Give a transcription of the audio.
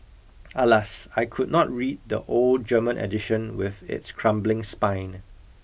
alas I could not read the old German edition with its crumbling spine